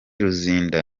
luzinda